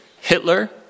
Hitler